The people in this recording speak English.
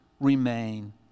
remain